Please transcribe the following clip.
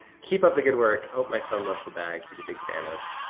keep up the good work. i hope my son loves the bag. he's a big fan of.